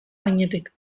gainetik